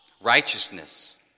righteousness